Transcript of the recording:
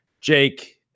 Jake